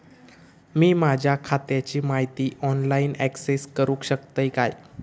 मी माझ्या खात्याची माहिती ऑनलाईन अक्सेस करूक शकतय काय?